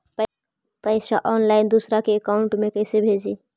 पैसा ऑनलाइन दूसरा के अकाउंट में कैसे भेजी?